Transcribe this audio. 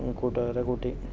കൂട്ടുകാരെ കൂട്ടി